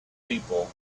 people